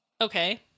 Okay